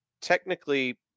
technically